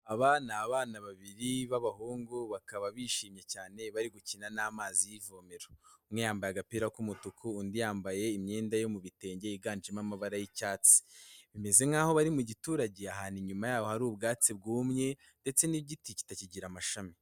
Aba ni abana babiri b'abahungu, bakaba bishimye cyane bari gukina n'amazi y'ivomero, umwe yambaye agapira k'umutuku, undi yambaye imyenda yo mu bitenge yiganjemo amabara y'icyatsi, bimeze nkaho bari mu giturage, ahantu inyuma yabo hari ubwatsi bwumye, ndetse n'igiti kitakigira amashami.